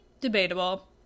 Debatable